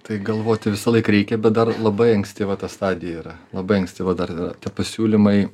tai galvoti visąlaik reikia bet dar labai ankstyva ta stadija yra labai ankstyva dar yra pasiūlymai